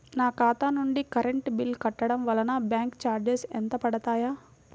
నా ఖాతా నుండి కరెంట్ బిల్ కట్టడం వలన బ్యాంకు చార్జెస్ ఎంత పడతాయా?